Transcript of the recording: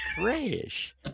fresh